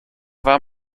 war